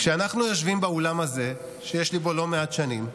כשאנחנו יושבים באולם הזה, שיש לי בו לא מעט שנים,